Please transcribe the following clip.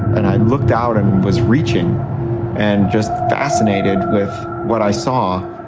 and i looked out and was reaching and just fascinated with what i saw,